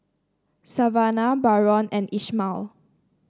Savannah Barron and Ishmael